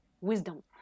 wisdom